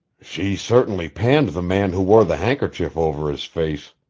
she certainly panned the man who wore the handkerchief over his face,